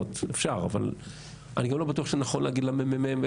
אני גם לא בטוח שנכון להגיד לממ"מ.